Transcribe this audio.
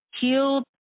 healed